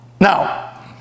Now